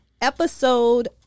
episode